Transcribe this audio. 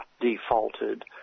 defaulted